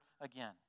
again